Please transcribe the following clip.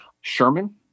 Sherman